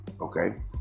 okay